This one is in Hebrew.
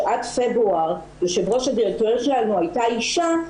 שעד פברואר יו"ר הדירקטוריון שלנו הייתה אישה,